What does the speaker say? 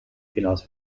finals